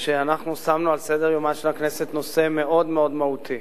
שאנחנו שמנו על סדר-יומה של הכנסת נושא מאוד מאוד מהותי,